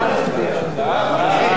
מי נגד?